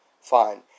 fine